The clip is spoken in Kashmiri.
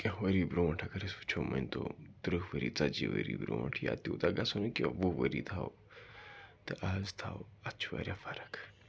کینٛہہ ؤری برٛونٛٹھ اگر أسۍ وٕچھو ؤنۍتو تٕرٛہ ؤری ژَتجی ؤری برٛونٛٹھ یا تیوٗتاہ گژھو نہٕ کینٛہہ وُہ ؤری تھاوو تہٕ آز تھاوو اَتھ چھُ واریاہ فرق